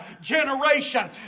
generation